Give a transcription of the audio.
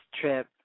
trip